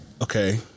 Okay